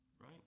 right